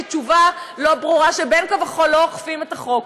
תשובה לא ברורה שבין כה וכה לא אוכפים את החוק?